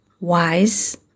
wise